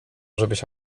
żebyś